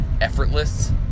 effortless